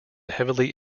heavily